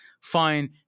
fine